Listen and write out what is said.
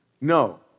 No